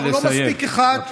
לא מספיק אחד.